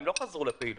הם לא חזרו לפעילות.